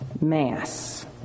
mass